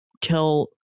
kill